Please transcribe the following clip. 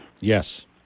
Yes